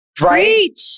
Right